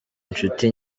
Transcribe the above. inshuti